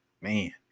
man